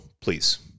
please